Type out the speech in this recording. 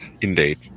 Indeed